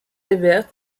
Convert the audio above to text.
evert